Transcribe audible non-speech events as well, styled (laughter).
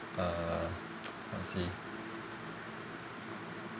uh (noise) how to say